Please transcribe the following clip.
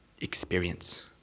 experience